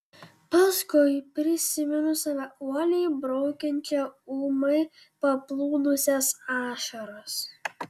paskui prisimenu save uoliai braukiančią ūmai paplūdusias ašaras